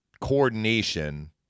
coordination